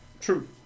True